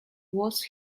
was